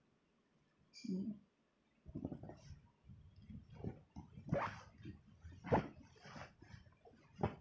mm